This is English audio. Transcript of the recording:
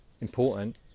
Important